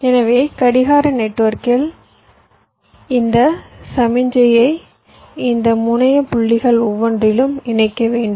எனவே கடிகார வலையமைப்பில் இந்த சமிக்ஞையை இந்த முனைய புள்ளிகள் ஒவ்வொன்றிலும் இணைக்க வேண்டும்